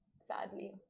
sadly